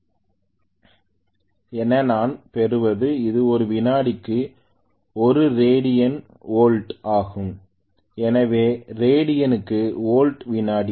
k∅225870602π Kφ என நான் பெறுவது ஒரு வினாடிக்கு ஒரு ரேடியனுக்கு வோல்ட் ஆகும் எனவே ரேடியனுக்கு வோல்ட் வினாடி